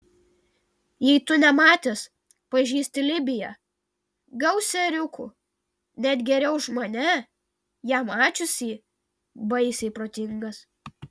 jei tu nematęs pažįsti libiją gausią ėriukų net geriau už mane ją mačiusį baisiai protingas